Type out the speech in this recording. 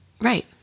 Right